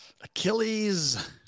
Achilles